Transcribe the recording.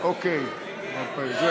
בעד, 19 חברי כנסת, נגד, 11,